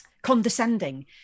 Condescending